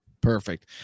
Perfect